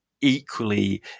equally